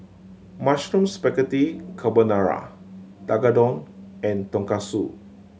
Mushroom Spaghetti Carbonara Tekkadon and Tonkatsu